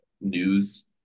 news